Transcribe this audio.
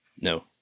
No